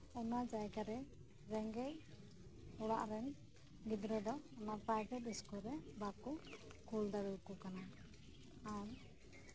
ᱚᱱᱟ ᱡᱟᱭᱜᱟ ᱨᱮ ᱨᱮᱸᱜᱮᱪ ᱚᱲᱟᱜ ᱨᱮᱱ ᱜᱤᱫᱽᱨᱟᱹ ᱫᱚ ᱯᱨᱟᱭᱵᱷᱮᱴ ᱤᱥᱠᱩᱞᱨᱮ ᱵᱟᱠᱚ ᱠᱳᱞ ᱫᱟᱲᱮ ᱟᱠᱚ ᱠᱟᱱᱟ ᱟᱨ